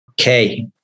Okay